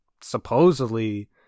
supposedly